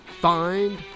find